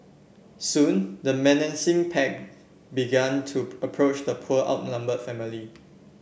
soon the menacing pack began to approach the poor outnumber family